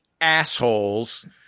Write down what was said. assholes